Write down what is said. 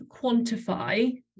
quantify